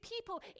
people